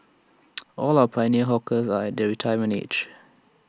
all our pioneer hawkers are their retirement age